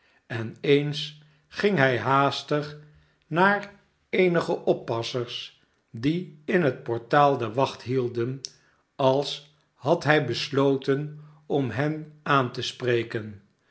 en eens ging hij haastig naar eenige oppassers die in het portaal de wacht hielden als had hij besloten om hen aan te spreken